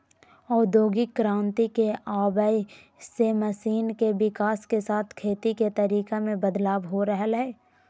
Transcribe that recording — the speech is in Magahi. औद्योगिक क्रांति के आवय से मशीन के विकाश के साथ खेती के तरीका मे बदलाव हो रहल हई